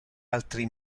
altri